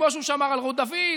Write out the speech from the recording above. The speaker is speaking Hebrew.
כמו שהוא שמר על רות דוד,